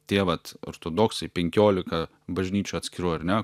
tie vat ortodoksai penkiolika bažnyčių atskirų ar ne